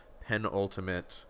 penultimate